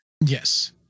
Yes